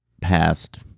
past